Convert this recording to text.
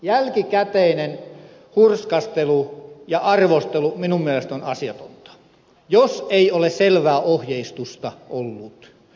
jälkikäteinen hurskastelu ja arvostelu minun mielestäni on asiatonta jos ei ole selvää ohjeistusta ollut